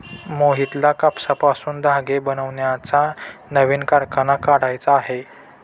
मोहितला कापसापासून धागे बनवण्याचा नवीन कारखाना काढायचा आहे